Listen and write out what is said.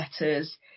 letters